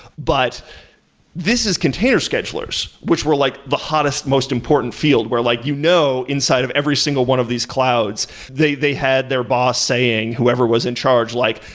but this is container schedulers, which were like the hottest, most important field, where like you know inside of every single one of these clouds they they had boss saying, whoever was in charge, like,